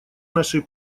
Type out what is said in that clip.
нашей